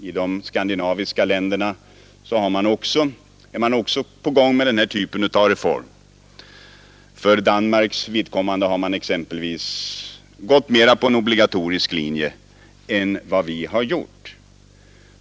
I de övriga skandinaviska länderna är den här typen av reform också på gång. I exempelvis Danmark har man gått mer på en obligatorisk linje än vi har gjort.